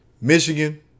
Michigan